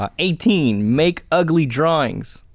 ah eighteen, make ugly drawings.